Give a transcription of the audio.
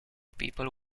people